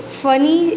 funny